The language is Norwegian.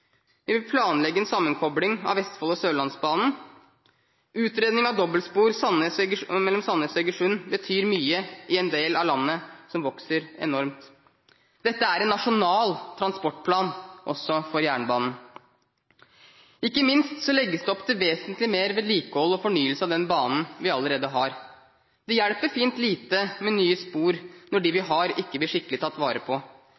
vi vil planlegge en sammenkobling av Vestfoldbanen og Sørlandsbanen. Utredning av dobbeltspor mellom Stavanger og Egersund betyr mye i en del av landet som vokser enormt. Dette er en nasjonal transportplan – også for jernbanen. Ikke minst legges det opp til vesentlig mer vedlikehold og fornyelse av den banen vi allerede har. Det hjelper fint lite med nye spor når de vi har, ikke blir skikkelig tatt vare på.